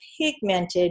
pigmented